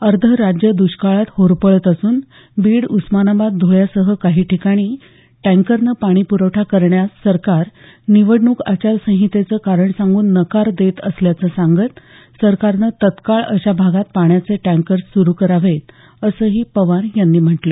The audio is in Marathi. अर्धं राज्य द्रष्काळात होरपळत असून बीड उस्मानाबाद धूळ्यासह काही ठिकाणी टँकरनं पाणी प्रवठा करण्यास सरकार निवडणूक आचार संहितेचं कारण सांगून नकार देत असल्याचं सांगत सरकारनं तत्काळ अशा भागात पाण्याचे टँकर्स सुरू करावेत असंही पवार यांनी म्हटलं